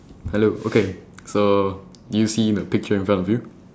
hello okay so do you see the picture in front of you